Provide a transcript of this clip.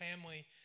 family